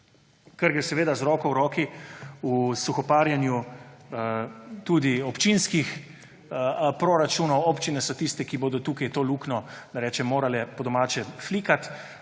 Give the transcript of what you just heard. kar gre seveda z roko v roki v suhoparjenju tudi občinskih proračunov. Občine so tiste, ki bodo tukaj to luknjo, da rečem po domače, morale flikati,